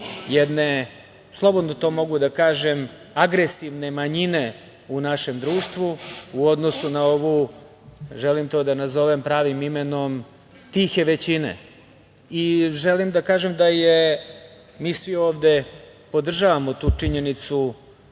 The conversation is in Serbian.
jedne, slobodno to mogu da kažem, agresivne manjine u našem društvu, u odnosu na ovu, želim to da nazovem pravim imenom, tihe većine. Želim da kažem da mi svi ovde podržavamo tu činjenicu